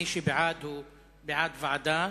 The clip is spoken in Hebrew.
מי שבעד הוא בעד ועדה,